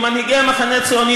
מנהיגי המחנה הציוני,